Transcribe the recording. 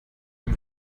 dem